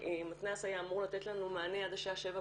והמתנ"ס היה אמור לתת לנו מענה עד השעה 19:00